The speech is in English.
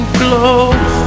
close